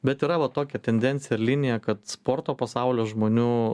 bet yra va tokia tendencija ar linija kad sporto pasaulio žmonių